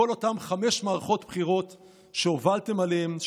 בכל אותן חמש מערכות בחירות שהובלתם אליהן,